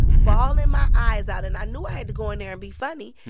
bawling my eyes out. and i knew i had to go in there and be funny.